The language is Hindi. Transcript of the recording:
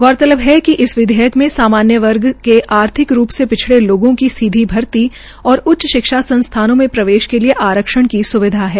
गौरतलब है कि इस विधेयक में सामान्य वर्ग के आर्थिक रूप से पिछड़े लोगों की सीधी भर्ती और उच्च शिक्षा संस्थानों में प्रवेश के लिये आरक्षण की स्विधा है